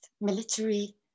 military